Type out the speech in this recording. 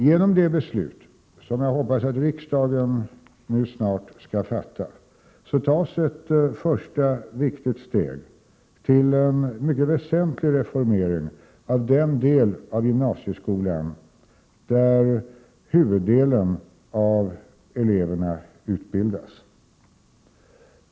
Genom det beslut som jag hoppas att riksdagen nu snart skall fatta tas ett första viktigt steg till en mycket väsentlig reformering av den del av gymnasieskolan där huvuddelen av eleverna utbildas.